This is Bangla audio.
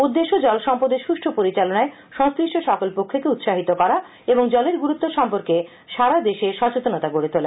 উদ্দেশ্য জলসম্পদের সুষ্ঠু পরিচালনায় সংশ্লিষ্ট সকল পক্ষকে উৎসাহিত করা এবং জলের গুরুত্ব সম্পর্কে সারা দেশে সচেতনতা গডে তোলা